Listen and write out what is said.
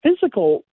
physical